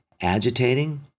agitating